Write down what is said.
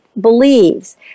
believes